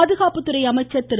பாதுகாப்புத்துறை அமைச்சர் திரு